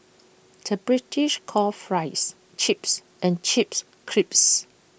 the British calls Fries Chips and Chips Crisps